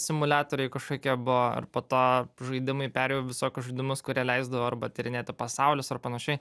simuliatoriai kažkokie buvo ir po to žaidimai perėjau visokius žaidimus kurie leisdavo arba tyrinėti pasaulius ar panašiai